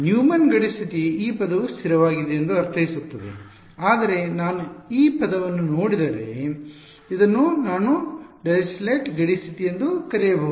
Neumann ಗಡಿ ಸ್ಥಿತಿಯು ಈ ಪದವು ಸ್ಥಿರವಾಗಿದೆ ಎಂದು ಅರ್ಥೈಸುತ್ತದೆ ಆದರೆ ನಾನು ಈ ಪದವನ್ನು ನೋಡಿದರೆ ಇದನ್ನು ನಾನು ಡಿರಿಚ್ಲೆಟ್ ಗಡಿ ಸ್ಥಿತಿ ಎಂದು ಕರೆಯಬಹುದು